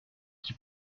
qui